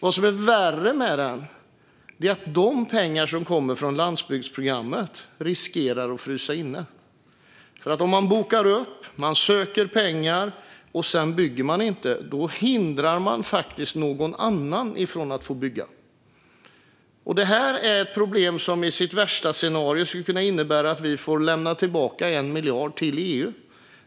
Vad som är värre med utvecklingen är att de pengar som kommer från landsbygdsprogrammet riskerar att frysa inne. Om man bokar upp, söker pengar och sedan inte bygger hindrar man nämligen någon annan att bygga. Detta är ett problem som i sitt värsta scenario skulle innebära att vi får lämna tillbaka 1 miljard till EU.